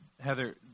Heather